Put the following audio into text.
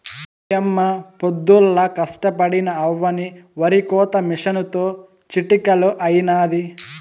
ఓయమ్మ పొద్దుల్లా కష్టపడినా అవ్వని ఒరికోత మిసనుతో చిటికలో అయినాది